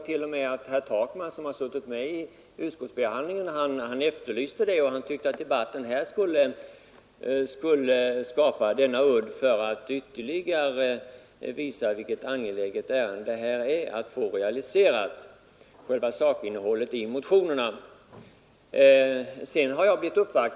Till och med herr Takman, som har suttit med vid utskottsbehandlingen, efterlyste en udd och tyckte att debatten här skulle ge den för att ytterligare visa hur angeläget det är att själva sakinnehållet i motionerna förverkligas.